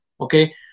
okay